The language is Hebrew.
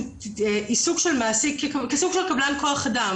כסוג של קבלן כוח אדם,